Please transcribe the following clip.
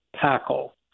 tackle